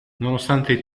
nonostante